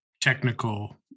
technical